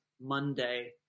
Monday